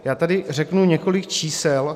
Já tady řeknu několik čísel.